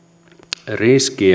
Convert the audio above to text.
riski